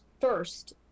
first